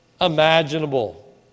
imaginable